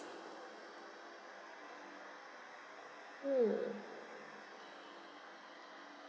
mm